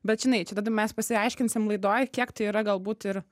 bet žinai čia tada mes pasiaiškinsim laidoj kiek tai yra galbūt ir